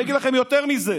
אני אגיד לכם יותר מזה,